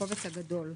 הקובץ הגדול.